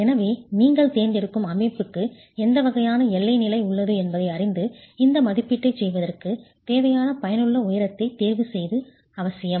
எனவே நீங்கள் தேர்ந்தெடுக்கும் அமைப்புக்கு எந்த வகையான எல்லை நிலை உள்ளது என்பதை அறிந்து இந்த மதிப்பீட்டைச் செய்வதற்குத் தேவையான பயனுள்ள உயரத்தைத் தேர்வு செய்வது அவசியம்